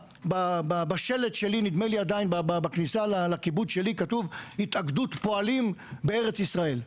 בשלט בכניסה לקיבוץ שלי כתוב: התאגדות פועלים בארץ ישראל.